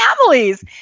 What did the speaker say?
families